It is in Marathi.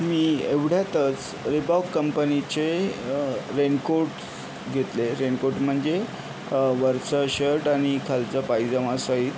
मी एवढ्यातच रीबॉक कंपनीचे रेनकोट्स घेतले रेनकोट म्हणजे वरचा शर्ट आणि खालचा पायजमासहित